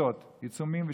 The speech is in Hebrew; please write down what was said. עיצומים ושביתות.